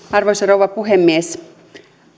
arvoisa rouva puhemies